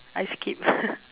I skip